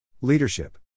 Leadership